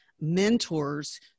mentors